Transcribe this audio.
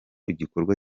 igikorwa